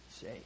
say